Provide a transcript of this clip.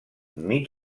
mig